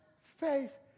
face